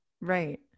Right